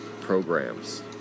programs